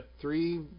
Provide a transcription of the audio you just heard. three